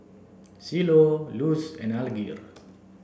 Cielo Luz and Alger